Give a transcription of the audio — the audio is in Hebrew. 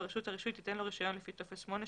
ורשות הרישוי תיתן לו רישיון לפי טופס 8 שבתוספת".